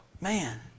Man